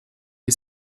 est